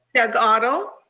doug otto?